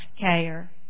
care